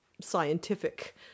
scientific